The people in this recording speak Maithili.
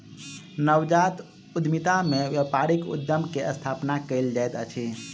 नवजात उद्यमिता में व्यापारिक उद्यम के स्थापना कयल जाइत अछि